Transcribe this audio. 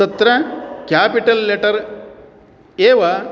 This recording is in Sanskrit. तत्र केपिटल् लेटर् एव